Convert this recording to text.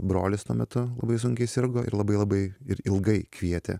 brolis tuo metu labai sunkiai sirgo ir labai labai ir ilgai kvietė